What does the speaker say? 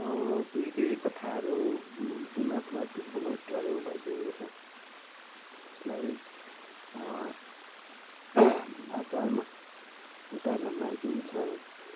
त्यही केही कथाहरू दिमागमा त्यो बुनोटहरू भइसकेको छ त्यसलाई आकारमा उतार्न बाकी नै छ